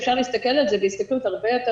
שאפשר להסתכל על זה בהסתכלות הרבה יותר